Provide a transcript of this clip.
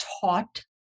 taught